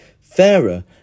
fairer